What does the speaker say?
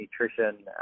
nutrition